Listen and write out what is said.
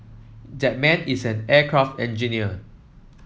that man is an aircraft engineer